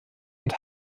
und